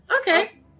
okay